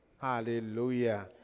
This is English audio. Hallelujah